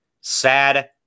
sad